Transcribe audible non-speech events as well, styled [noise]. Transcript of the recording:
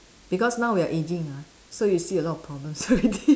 because now we are aging ah so you see a lot of problems [laughs] already